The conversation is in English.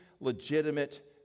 legitimate